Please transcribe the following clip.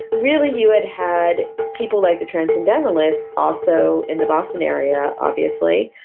really you had had people like the transcendentalists, also in the boston area obviously,